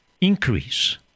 increase